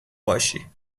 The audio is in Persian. باشی